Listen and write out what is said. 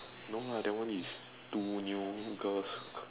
no lah that one is two new girls